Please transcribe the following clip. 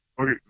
Okay